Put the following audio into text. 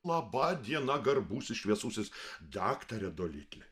laba diena garbusis šviesusis daktare dolitli